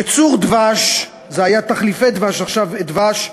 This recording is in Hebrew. ייצור דבש, היה תחליפי דבש, עכשיו דבש,